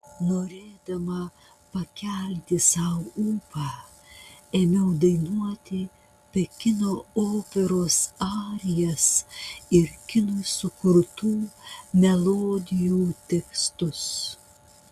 norėdama pakelti sau ūpą ėmiau dainuoti pekino operos arijas ir kinui sukurtų melodijų tekstus